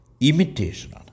imitation